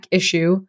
issue